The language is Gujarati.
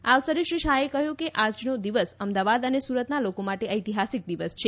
આ અવસરે શ્રી શાહે કહ્યું કે આજનો દિવસ અમદાવાદ અને સુરતના લોકો માટે ઐતિહાસિક દિવસ છે